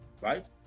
right